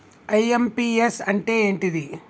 IMPS అంటే ఏంటిది?